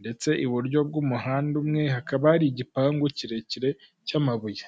ndetse iburyo bw'umuhanda umwe hakaba hari igipangu kirekire cy'amabuye.